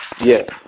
Yes